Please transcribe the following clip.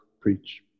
preach